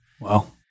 Wow